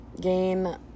Gain